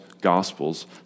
gospels